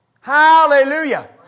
Hallelujah